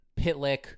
Pitlick